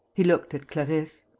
he looked at clarisse.